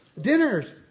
Dinners